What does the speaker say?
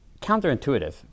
counterintuitive